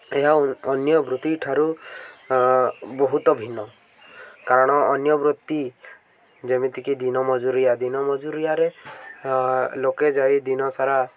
ଏହା ଅନ୍ୟ ବୃତ୍ତିଠାରୁ ବହୁତ ଭିନ୍ନ କାରଣ ଅନ୍ୟ ବୃତ୍ତି ଯେମିତିକି ଦିନମଜୁରିଆ ଦିନମଜୁରିଆରେ ଲୋକେ ଯାଇ ଦିନସାରା